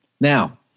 Now